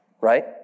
Right